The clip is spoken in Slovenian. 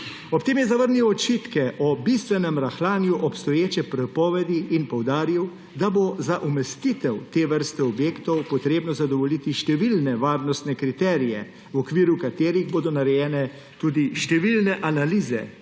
Ob tem je zavrnil očitke o bistvenem rahljanju obstoječe prepovedi in poudaril, da bo za umestitev te vrste objektov potrebno zadovoljiti številne varnostne kriterije, v okviru katerih bodo narejene tudi številne analize,